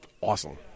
awesome